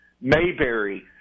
Mayberry